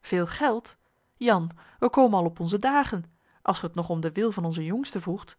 veel geld jan we komen al op onze dagen als ge het nog om den wil van onzen jongsten vroegt